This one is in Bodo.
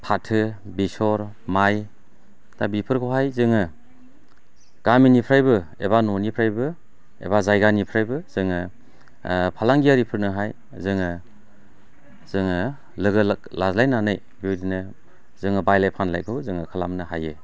फाथो बिसर माइ दा बिफोरखौहाय जोङो गामिनिफ्रायबो एबा न'निफ्रायबो एबा जायगानिफ्रायबो जोङो फालांगियारिफोरनोहाय जोङो जोङो लोगो लाज्लायनानै बेबायदिनो जोङो बायलाय फानलायखौ जोङो खालामनो हायो